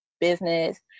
business